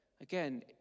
again